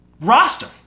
roster